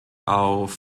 auf